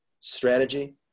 strategy